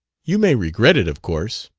you may regret it, of course.